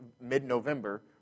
mid-November